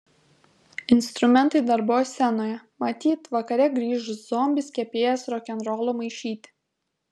instrumentai dar buvo scenoje matyt vakare grįš zombis kepėjas rokenrolo maišyti